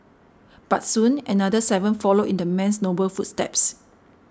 but soon another seven followed in the man's noble footsteps